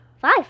Five